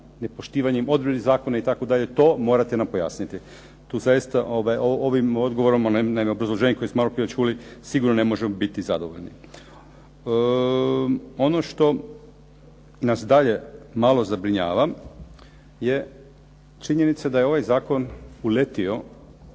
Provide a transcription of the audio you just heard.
ne razumije./… zakona itd. To morate nam pojasniti. Tu zaista ovim odgovorom, onim obrazloženjem koji smo maloprije čuli sigurno ne možemo biti zadovoljni. Ono što nas dalje malo zabrinjava je činjenica da je ovaj zakon uletio